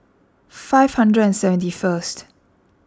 five hundred and seventy first